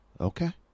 okay